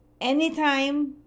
anytime